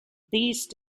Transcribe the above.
these